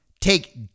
Take